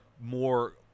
more